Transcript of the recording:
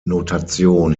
notation